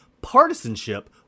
partisanship